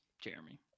Jeremy